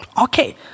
Okay